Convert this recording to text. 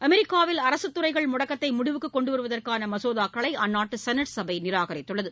அமெரிக்காவில் அரசுத் துறைகள் முடக்கத்தை முடிவுக்கு கொண்டுவருவதற்கான மசோதாக்களை அந்நாட்டு செனட் சபை நிராகரித்துள்ளது